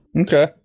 Okay